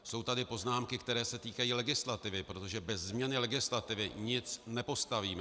Jsou tady poznámky, které se týkají legislativy, protože bez změny legislativy nic nepostavíme.